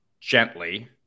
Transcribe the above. gently